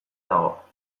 dago